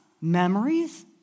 Memories